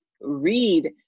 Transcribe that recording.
read